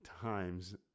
times